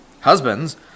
Husbands